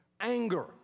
anger